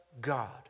God